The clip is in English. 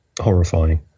horrifying